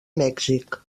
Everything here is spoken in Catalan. mèxic